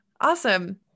awesome